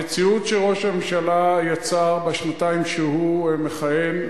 המציאות שראש הממשלה יצר בשנתיים שהוא מכהן,